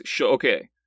okay